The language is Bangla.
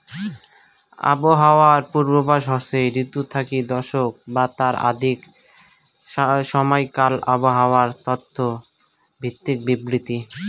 আবহাওয়ার পূর্বাভাস হসে ঋতু থাকি দশক বা তার অধিক সমাইকাল আবহাওয়ার তত্ত্ব ভিত্তিক বিবৃতি